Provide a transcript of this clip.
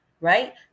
right